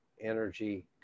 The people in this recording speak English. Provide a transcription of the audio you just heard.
energy